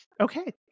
Okay